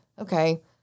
Okay